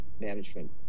management